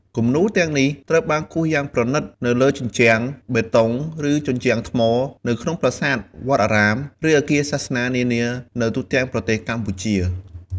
គំនូរទាំងនេះត្រូវបានគូរយ៉ាងប្រណិតនៅលើ ជញ្ជាំងបេតុង ឬជញ្ជាំងថ្ម នៅក្នុង ប្រាសាទ វត្តអារាម ឬអគារសាសនានានានៅទូទាំងប្រទេសកម្ពុជា។